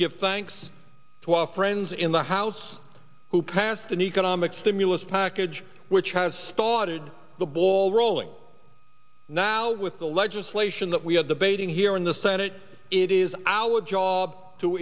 give thanks to our friends in the house who passed an economic stimulus package which has started the bowl rolling now with the legislation that we have the bating here in the senate it is our job to